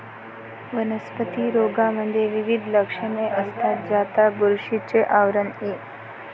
वनस्पती रोगांमध्ये विविध लक्षणे असतात, ज्यात बुरशीचे आवरण इ